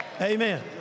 Amen